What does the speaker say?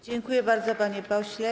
Dziękuję bardzo, panie pośle.